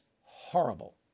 horrible